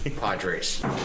Padres